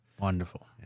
Wonderful